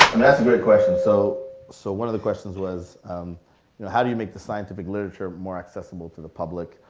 great question. so so one of the questions was how do you make the scientific literature more accessible to the public,